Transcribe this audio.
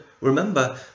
remember